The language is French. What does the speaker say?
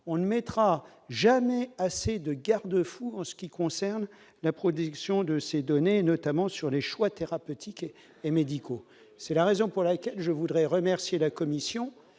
on ne mettra jamais assez de garde-fous en ce qui concerne la production de ces données, notamment sur les choix thérapeutiques et médicaux, c'est la raison pour laquelle je voudrais remercier la Commission